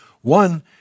One